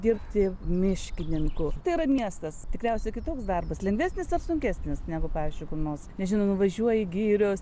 dirbti miškininku tai yra miestas tikriausiai kitoks darbas lengvesnis ar sunkesnis negu pavyzdžiui kur nors nežinau nuvažiuoji girios